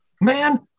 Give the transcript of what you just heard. man